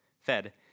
fed